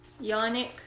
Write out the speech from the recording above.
Yannick